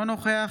אינו נוכח